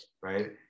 Right